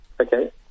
Okay